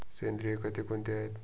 सेंद्रिय खते कोणती आहेत?